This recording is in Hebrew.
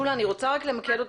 שולה אני רוצה רק למקד אותך.